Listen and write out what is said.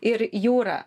ir jūra